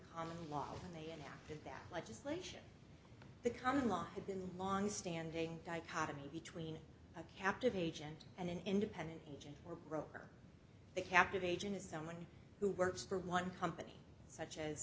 common law when they enacted that legislation the common law had been longstanding dichotomy between a captive agent and an independent agent or broker the captive agent is someone who works for one company such as